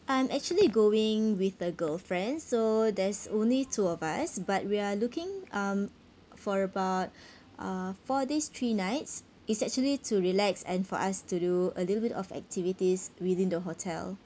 I'm actually going with the girlfriend so there's only two of us but we're looking um for about uh four days three nights it's actually to relax and for us to do a little bit of activities within the hotel